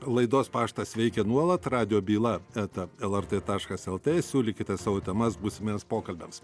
laidos paštas veikia nuolat radijo byla eta lrt taškas lt siūlykite savo temas būsimiems pokalbiams